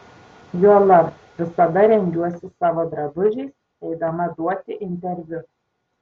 juolab visada rengiuosi savo drabužiais eidama duoti interviu